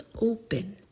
open